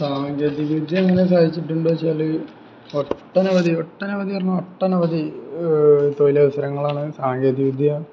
സാങ്കേതിക വിദ്യ എങ്ങനെ സഹായിച്ചുണ്ടച്ചാല് ഒട്ടനവധി ഒട്ടനവധി പറഞ്ഞാൽ ഒട്ടനവധി തൊഴിലവസരങ്ങളാണ് സാങ്കേതിക വിദ്യ